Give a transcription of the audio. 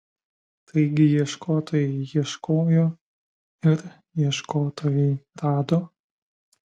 taigi ieškotojai ieškojo ir ieškotojai rado